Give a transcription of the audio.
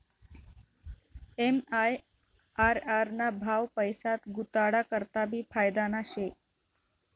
MIRR ना भाव पैसा गुताडा करता भी फायदाना शे